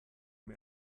mir